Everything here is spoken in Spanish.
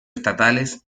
estatales